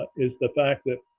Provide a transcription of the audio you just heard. is the fact that?